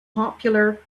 popular